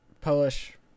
Polish